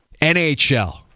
NHL